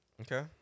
okay